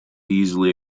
easily